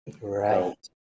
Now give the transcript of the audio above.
right